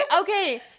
Okay